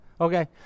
Okay